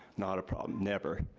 not a problem, never,